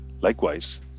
Likewise